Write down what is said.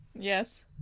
Yes